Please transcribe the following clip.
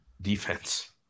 defense